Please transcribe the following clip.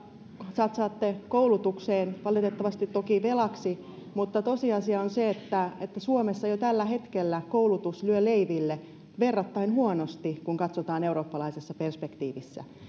satsaatte koulutukseen valitettavasti toki velaksi mutta tosiasia on se että että suomessa jo tällä hetkellä koulutus lyö leiville verrattaen huonosti kun katsotaan eurooppalaisessa perspektiivissä